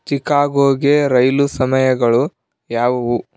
ಚಿಕಾಗೋಗೆ ರೈಲು ಸಮಯಗಳು ಯಾವುವು